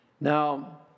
Now